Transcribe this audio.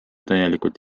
täielikult